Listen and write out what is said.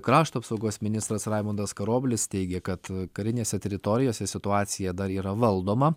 krašto apsaugos ministras raimundas karoblis teigia kad karinėse teritorijose situacija dar yra valdoma